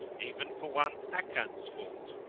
even for one achan's fault?